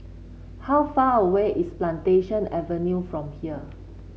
how far away is Plantation Avenue from here